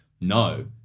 No